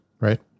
right